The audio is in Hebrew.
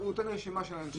הוא נותן רשימה של אנשים.